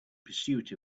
pursuit